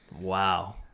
Wow